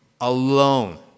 alone